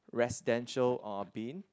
residential or bin